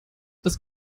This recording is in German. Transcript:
das